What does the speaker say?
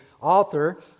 author